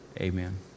amen